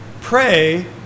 pray